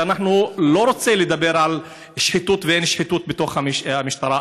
אני לא רוצה לדבר על שחיתות ואין שחיתות בתוך המשטרה,